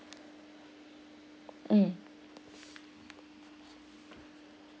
mm